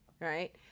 right